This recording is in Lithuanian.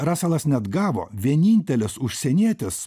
raselas net gavo vienintelės užsienietės